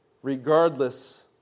Regardless